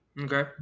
Okay